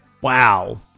Wow